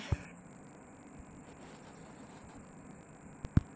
তৈরির তন্তু দিকি শক্তপোক্ত বস্তা, জামাকাপড়, মিলের কাপড় বা মিশা কাপড় বানানা রে ব্যবহার হয়